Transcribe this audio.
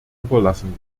überlassen